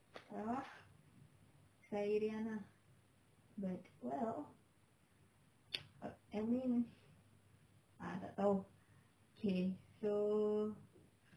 tak tahu ah saya diana but well I mean ah tak tahu okay so